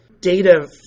Data